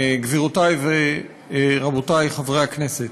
גבירותי ורבותי חברי הכנסת,